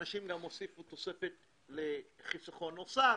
אנשים גם הוסיפו תוספת לחיסכון נוסף,